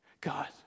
God